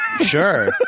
Sure